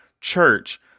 church